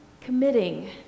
committing